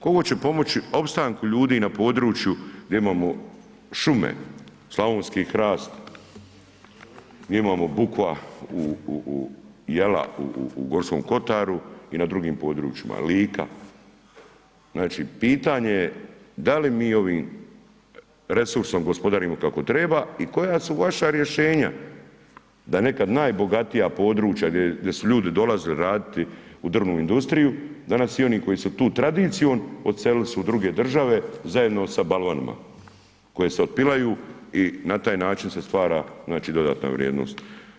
Koliko će pomoći opstanku ljudi na području gdje imamo šume, slavonski hrast, gdje imamo bukva u, u, u, jela u, u, u Gorskom kotaru i na drugim područjima, Lika, znači pitanje je da li mi ovim resursom gospodarimo kako treba i koja su vaša rješenja da nekad najbogatija područja gdje su ljudi dolazili raditi u drvnu industriju, danas i oni koji su tu tradicijom, odselili su u druge države zajedno sa balvanima koje se otpilaju i na taj način se stvari znači dodatna vrijednost.